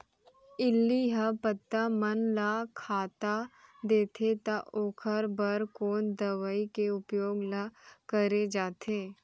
इल्ली ह पत्ता मन ला खाता देथे त ओखर बर कोन दवई के उपयोग ल करे जाथे?